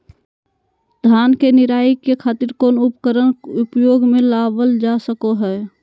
धान के निराई के खातिर कौन उपकरण उपयोग मे लावल जा सको हय?